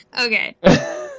Okay